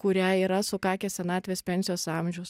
kuriai yra sukakęs senatvės pensijos amžius